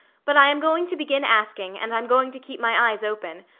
but i am going to begin asking and i'm going to keep my eyes open.